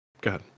God